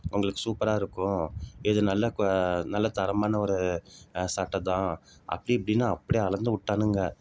உங்களுக்கு சூப்பராக இருக்கும் இது நல்ல நல்ல தரமான ஒரு சட்டை தான் அப்படி இப்படின்னு அப்டியே அளந்து விட்டானுங்க